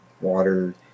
water